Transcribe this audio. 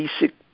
basic